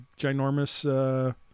ginormous